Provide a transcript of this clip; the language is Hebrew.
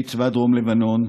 אנשי צבא דרום לבנון,